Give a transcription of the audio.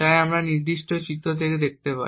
তাই আমরা এই নির্দিষ্ট চিত্রটি থেকে দেখতে পাই